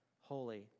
holy